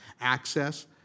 access